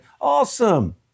Awesome